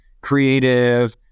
creative